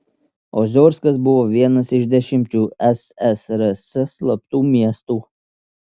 oziorskas buvo vienas iš dešimčių ssrs slaptų miestų